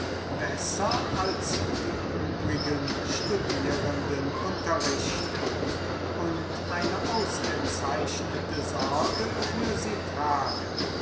besser als die übrigen studierenden unterrichte und eine ausgezeichnete sorge für sie trage